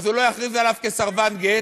אז הוא לא יכריז עליו כסרבן גט.